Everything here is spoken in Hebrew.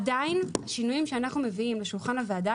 עדיין השינויים שאנחנו מביאים אל שולחן הוועדה